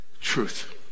truth